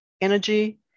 energy